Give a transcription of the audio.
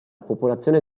popolazione